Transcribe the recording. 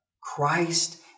Christ